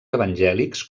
evangèlics